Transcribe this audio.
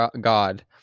God